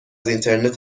اینترنت